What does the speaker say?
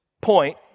point